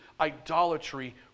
idolatry